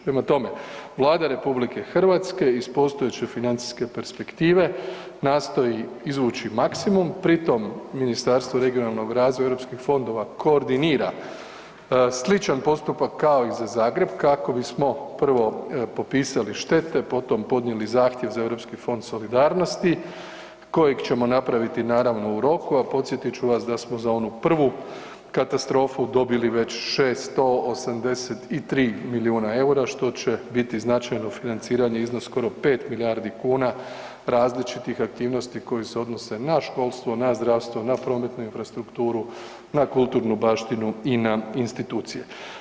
Prema tome, Vlada RH iz postojeće financijske perspektive nastoji izvući maksimum, pri tom Ministarstvo regionalnog razvoja i europskih fondova koordinira sličan postupak kao i za Zagreb kako bismo prvo popisali štete, potom podnijeli zahtjev za Europski fond solidarnosti kojeg ćemo napraviti naravno u roku, a podsjetiti ću vas da smo za onu prvu katastrofu dobili već 683 milijuna EUR-a što će biti značajno u financiranje iznos skoro 5 milijardi kuna različitih aktivnosti koje se odnose na školstvo, na zdravstvo, na prometnu infrastrukturu, na kulturnu baštinu i na institucije.